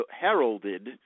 heralded